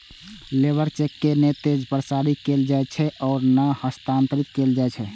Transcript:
labour cheque के नै ते प्रसारित कैल जाइ छै आ नै हस्तांतरित कैल जाइ छै